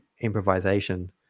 improvisation